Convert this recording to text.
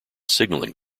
signaling